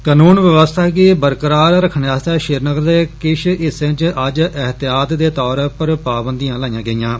कनून व्यवस्था गी बरकरार रखने आस्तै श्रीनगर दे किश हिस्सें च एहतियात दे तौरा पर पाबंदियां लाइयां गेइयां न